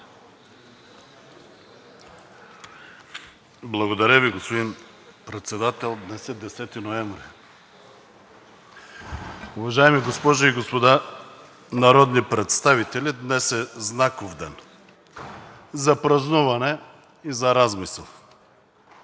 Благодаря Ви, господин Председател, днес е 10 ноември. Уважаеми госпожи и господа народни представители, днес е знаков ден за празнуване и за размисъл.